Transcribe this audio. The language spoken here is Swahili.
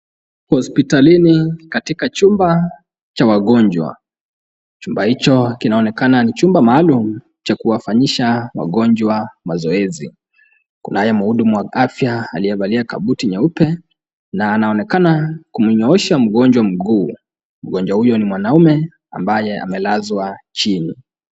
Hospitalini katika chumba cha wagonjwa ,chumba hicho kinaonekana ni chumba maalumu cha kuwafanyisha wagonjwa mazoezi, kunaye mhudumu wa afya aliyevalia kabuti nyeupe na anaonekana kumnyoosha mgonjwa mguu ,mgonjwa huyo ni mwanamme ambaye amelazwa chini.